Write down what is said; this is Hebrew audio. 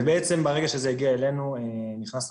ובעצם ברגע שזה הגיע אלינו נכנסנו